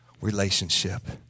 relationship